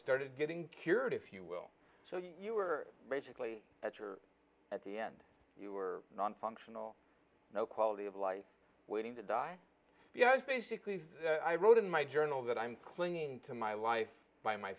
started getting cured if you will so you were basically at your at the end you were nonfunctional no quality of life waiting to die because basically i wrote in my journal that i'm clinging to my life by my